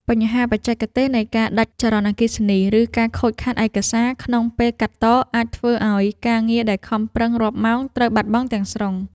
បញ្ហាបច្ចេកទេសនៃការដាច់ចរន្តអគ្គិសនី ឬការខូចខាតឯកសារក្នុងពេលកាត់ត អាចធ្វើឱ្យការងារដែលខំប្រឹងរាប់ម៉ោងត្រូវបាត់បង់ទាំងស្រុង។